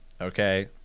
okay